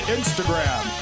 Instagram